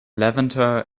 levanter